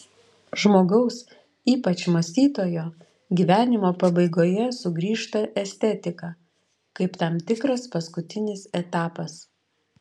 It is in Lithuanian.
žmogaus ypač mąstytojo gyvenimo pabaigoje sugrįžta estetika kaip tam tikras paskutinis etapas